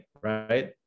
right